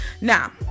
Now